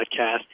podcast